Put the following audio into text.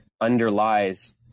underlies